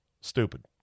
Stupid